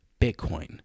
Bitcoin